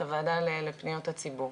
את הוועדה לפניות הציבור.